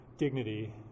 dignity